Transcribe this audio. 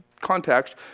context